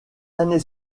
années